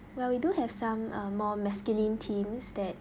well we do have some uh more masculine themes that